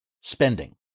spending